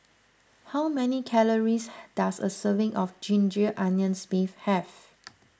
how many calories does a serving of Ginger Onions Beef have